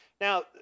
Now